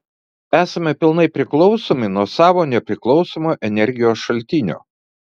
esame pilnai priklausomi nuo savo nepriklausomo energijos šaltinio